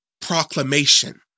proclamation